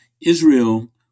Israel